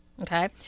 Okay